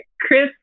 Chris